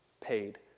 paid